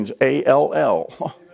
A-L-L